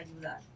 ayudar